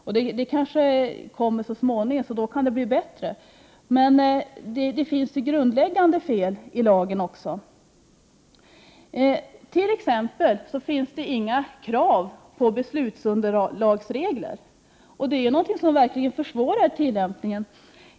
Det kommer kanske så småningom, och då kan det bli bättre. Men det finns grundläggande fel i lagen. Det finns t.ex. inga krav på beslutsunderlagsregler. Det är någonting som verkligen försvårar tillämpningen.